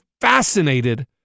fascinated